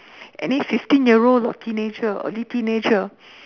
any fifteen year old or teenager early teenager